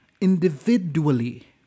Individually